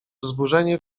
wzburzenie